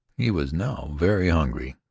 he was now very hungry,